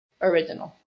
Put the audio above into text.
original